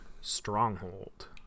Stronghold